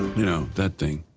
you know, that thing.